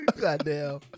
Goddamn